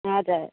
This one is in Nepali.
हजुर